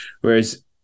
Whereas